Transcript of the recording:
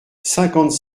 cinquante